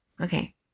Okay